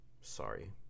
Sorry